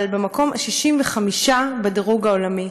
אבל במקום ה-65 בדירוג העולמי.